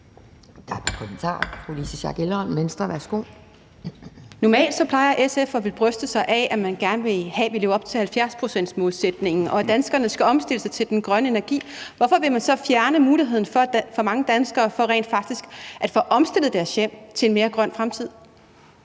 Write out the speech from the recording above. Normalt plejer SF at bryste sig af, at man gerne vil have, at vi lever op til 70-procentsmålsætningen, og at danskerne skal omstille sig til den grønne energi. Hvorfor vil man så fjerne mange danskeres mulighed for rent faktisk at få omstillet deres hjem til en mere grøn fremtid?